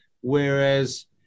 Whereas